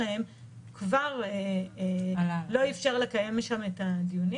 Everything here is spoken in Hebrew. אבל אז יועבר לבית הסוהר שמכונה נווה צדק,